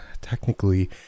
technically